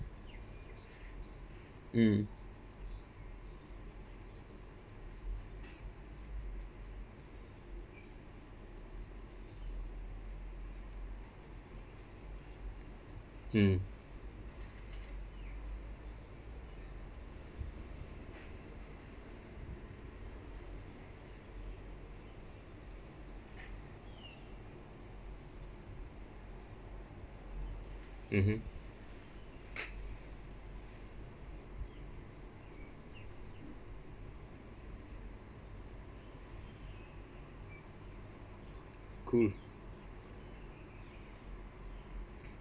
mm mm mmhmm cool